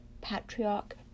Patriarch